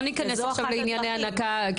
לא ניכנס עכשיו לענייני הנקה,